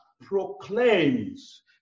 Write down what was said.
proclaims